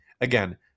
again